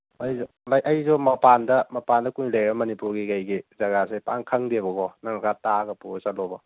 ꯑꯩꯁꯨ ꯚꯥꯏ ꯑꯩꯁꯨ ꯃꯄꯥꯟꯗ ꯃꯄꯥꯟꯗ ꯀꯨꯏꯅ ꯂꯩꯔꯒ ꯃꯅꯤꯄꯨꯔꯒꯤ ꯀꯩꯒꯤ ꯖꯒꯥꯁꯦ ꯄꯥꯛꯅ ꯈꯪꯗꯦꯕꯀꯣ ꯅꯪꯅ ꯈꯔ ꯇꯥꯛꯑꯒ ꯄꯨꯔꯒ ꯆꯠꯂꯣꯕ